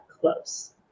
close